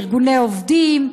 בארגוני עובדים,